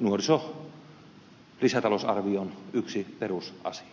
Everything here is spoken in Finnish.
nuorisolisätalousarvion yksi perusasia